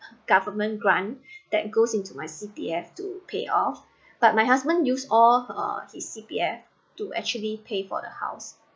government grants that goes into my C_P_F to pay off but my husband used all uh his C_P_F to actually pay for the house